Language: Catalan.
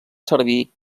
servir